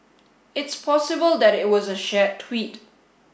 it's possible that it was a shared tweet